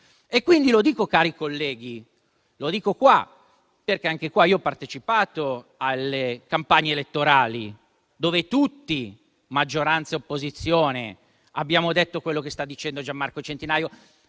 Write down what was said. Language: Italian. di quello che dico. Cari colleghi, lo dico qua perché ho partecipato alle campagne elettorali in cui tutti, maggioranza e opposizione, abbiamo detto quello che sta dicendo Gianmarco Centinaio,